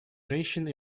женщин